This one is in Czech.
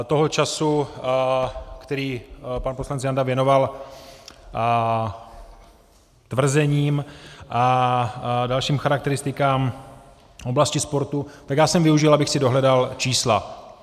Toho času, který pan poslanec Janda věnoval tvrzením a dalším charakteristikám v oblasti sportu, tak já jsem využil, abych si dohledal čísla.